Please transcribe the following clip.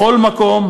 מכל מקום,